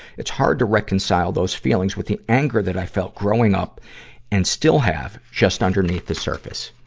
it's hard to reconcile those feelings with the anger that i felt growing up and still have, just underneath the surface.